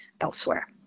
elsewhere